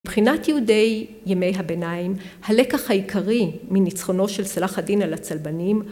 מבחינת יהודי ימי הביניים, הלקח העיקרי מניצחונו של צלאח א-דין על הצלבנים